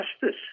justice